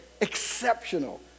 exceptional